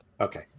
Okay